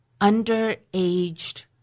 underaged